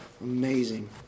Amazing